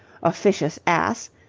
officious ass!